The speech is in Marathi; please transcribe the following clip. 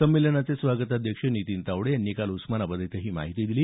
संमेलनाचे स्वागताध्यक्ष नितीन तावडे यांनी काल उस्मानाबाद इथं ही माहिती दिली